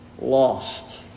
lost